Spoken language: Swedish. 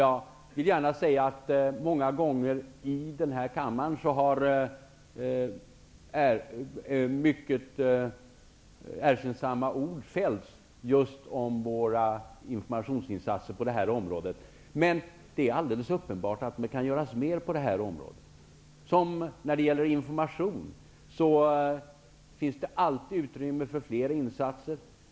Jag vill gärna säga att det många gånger i den här kammaren har fällts mycket erkännsamma ord just om våra informationsinsatser på det här området. Men det är alldeles uppenbart att det kan göras mer. När det gäller information finns det alltid utrymme för fler insatser.